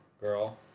Girl